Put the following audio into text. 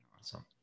Awesome